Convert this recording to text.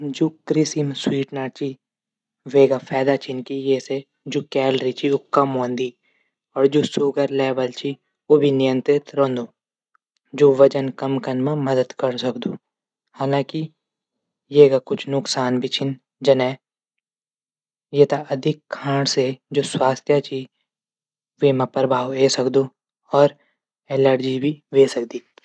जू कृत्रिम स्वीटनर च वेका फैदा छनकि जू कैलोरी च उ कम ह्वे जांदी। और जु सुगर लेवल च उ भी नियंत्रित रैंदू। जू वजन कम कनू मा मदद कर सकदू। हालांकि एक कुछ नुकसान भी छिन जनई एथे अधिक खाण से जू स्वास्थ्य च वेमा प्रभाव ऐ सकदू च। और एलर्जी भी ह्वे सकदी।